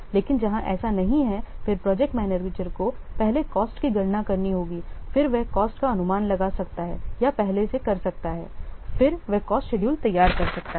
लेकिन जहां ऐसा नहीं हैफिर प्रोजेक्ट मैनेजर को पहले कॉस्ट की गणना करनी होगी फिर वह कॉस्ट का अनुमान लगा सकता है या पहले कर सकता है फिर वह कॉस्ट शेड्यूल तैयार कर सकता है